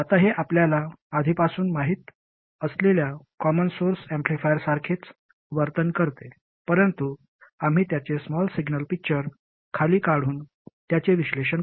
आता हे आपल्याला आधीपासून माहित असलेल्या कॉमन सोर्स ऍम्प्लिफायरसारखेच वर्तन करते परंतु आम्ही त्याचे स्मॉल सिग्नल पिक्चर खाली काढून त्याचे विश्लेषण करू